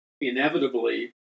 inevitably